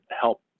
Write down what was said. help